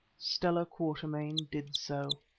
stella quatermain did so.